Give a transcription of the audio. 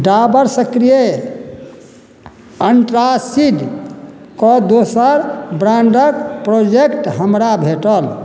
डाबर सक्रिय एंटासिडके दोसर ब्रांडक प्रोजेक्ट हमरा भेटल